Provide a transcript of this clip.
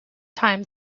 time